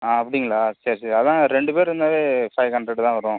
ஆ அப்படிங்களா சேரி சரி அதுதான் ரெண்டு பேர் இருந்தாலே ஃபைவ் ஹண்ட்ரட் தான் வரும்